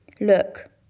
Look